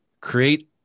create